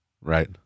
right